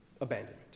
Abandonment